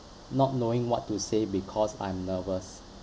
not knowing what to say because I'm nervous